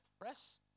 press